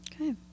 okay